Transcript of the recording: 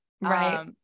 Right